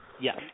Yes